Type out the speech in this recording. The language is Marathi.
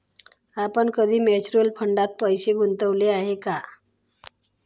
आपण कधी म्युच्युअल फंडात पैसे गुंतवले आहेत का?